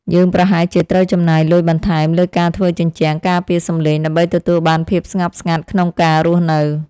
យើងប្រហែលជាត្រូវចំណាយលុយបន្ថែមលើការធ្វើជញ្ជាំងការពារសំឡេង ដើម្បីទទួលបានភាពស្ងប់ស្ងាត់ក្នុងការរស់នៅ។